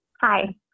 Hi